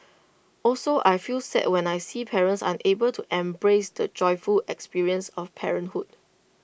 also I feel sad when I see parents unable to embrace the joyful experience of parenthood